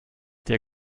dir